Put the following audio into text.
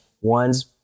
one's